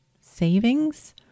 savings